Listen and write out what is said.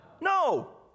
No